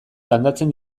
landatzen